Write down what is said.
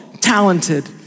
talented